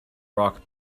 rock